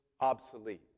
obsolete